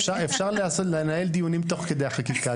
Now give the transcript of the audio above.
אפשר לנהל דיונים תוך כדי החקיקה.